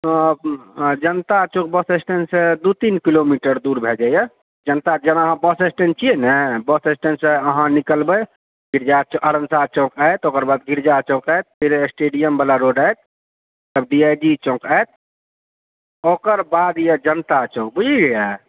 अऽ अऽ Janata Chowk bus stand सऽ दू तीन किलोमीटर दूर भऽ जाइए जनता जेना अहाँ बस स्टैण्ड छिए ने बस स्टैण्ड सऽ अहाँ निकलबे तऽ अजन्ता चौक आयत गिरिजा चौक आयत फेर ओकर बाद स्टेडियम बला रोड आयत तब डी आई जी चौक आयत ओकर बाद यहऽ जनता चौक बुझलिये